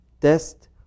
test